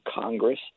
Congress